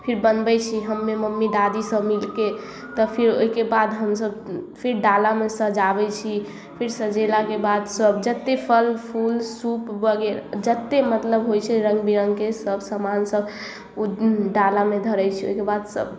फिर बनबै छी हम्मे मम्मी दादी सब मिलके तब फिर ओहिके बाद हमसब फिर डालामे सजाबै छी फिर सजेलाके बाद सब जतेक फल फूल सूप बगैरह जतेक मतलब होइ छै रंग बिरंगके सब समान सब ओ डालामे धरै छी ओहिके बाद सब